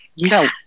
no